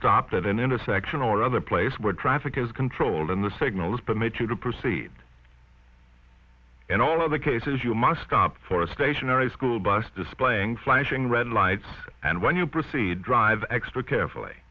stopped at an intersection or other place where traffic is controlled and the signals permit you to proceed and all other cases you must opt for a stationary school bus displaying flashing red lights and when you proceed drive extra carefully